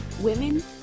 Women